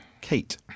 Kate